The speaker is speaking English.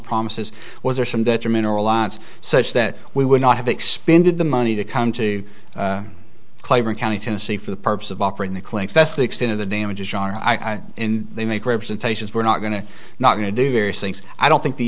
promises was there some detrimental reliance such that we would not have expended the money to come to claiborne county tennessee for the purpose of offering the clinic that's the extent of the damages are i and they make representations we're not going to not going to do various things i don't think the